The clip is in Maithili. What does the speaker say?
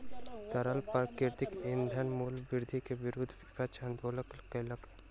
तरल प्राकृतिक ईंधनक मूल्य वृद्धि के विरुद्ध विपक्ष आंदोलन केलक